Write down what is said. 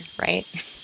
right